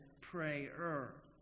prayer